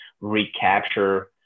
recapture